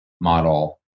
model